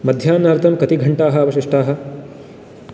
मध्याह्नार्थं कति घण्टाः अवशिष्टाः